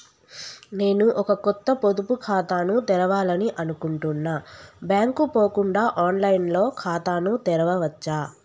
నేను ఒక కొత్త పొదుపు ఖాతాను తెరవాలని అనుకుంటున్నా బ్యాంక్ కు పోకుండా ఆన్ లైన్ లో ఖాతాను తెరవవచ్చా?